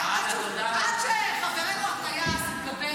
עד שחברנו הטייס מדבר